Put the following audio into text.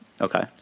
Okay